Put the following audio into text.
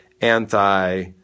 anti